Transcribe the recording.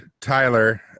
Tyler